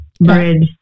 bread